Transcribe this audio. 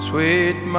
Sweet